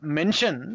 mention